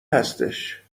هستش